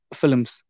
films